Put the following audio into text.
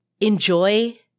Enjoy